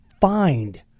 find